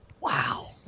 Wow